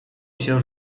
się